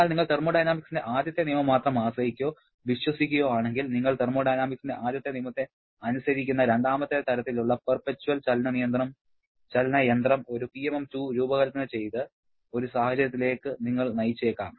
എന്നാൽ നിങ്ങൾ തെർമോഡൈനാമിക്സിന്റെ ആദ്യ നിയമത്തെ മാത്രം ആശ്രയിക്കുകയോ വിശ്വസിക്കുകയോ ആണെങ്കിൽ നിങ്ങൾ തെർമോഡൈനാമിക്സിന്റെ ആദ്യ നിയമത്തെ അനുസരിക്കുന്ന രണ്ടാമത്തെ തരത്തിലുള്ള പെർപചുവൽ ചലന യന്ത്രം ഒരു PMM 2 രൂപകൽപ്പന ചെയ്ത ഒരു സാഹചര്യത്തിലേക്ക് നിങ്ങൾ നയിച്ചേക്കാം